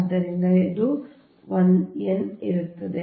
ಆದ್ದರಿಂದ ಅದು 1 n ಇರುತ್ತದೆ